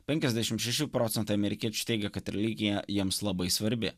penkiasdešim šeši amerikiečių teigia kad religija jiems labai svarbi